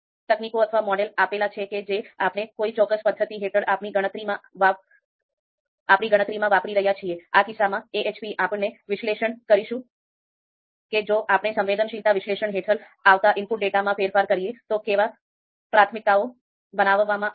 તકનીકો અથવા મોડેલ આપેલ છે કે જે આપણે કોઈ ચોક્કસ પદ્ધતિ હેઠળ આપણી ગણતરીમાં વાપરી રહ્યા છીએ આ કિસ્સામાં AHP આપણે વિશ્લેષણ કરીશું કે જો આપણે સંવેદનશીલતા વિશ્લેષણ હેઠળ આવતા ઇનપુટ ડેટામાં ફેરફાર કરીએ તો કેવી પ્રાથમિકતાઓ બનાવવામાં આવશે